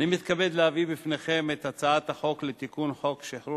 אני מתכבד להביא בפניכם את הצעת חוק לתיקון חוק שחרור